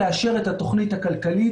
זאת אומרת כל החתונות,